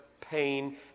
pain